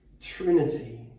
Trinity